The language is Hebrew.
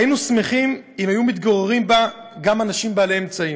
היינו שמחים אם היו מתגוררים בה גם אנשים בעלי אמצעים.